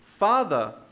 Father